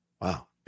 Wow